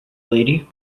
lady